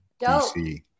DC